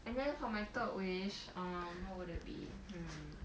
anyway for my third wish um what would it be hmm